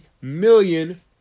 million